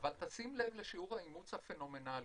אבל תשים לב לשיעור האימוץ הפנומנלי,